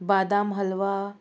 बादाम हलवा